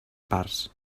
parts